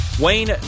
Wayne